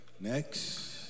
next